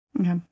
okay